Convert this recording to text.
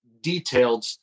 detailed